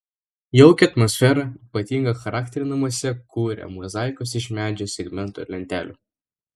jaukią atmosferą ypatingą charakterį namuose kuria mozaikos iš medžio segmentų ar lentelių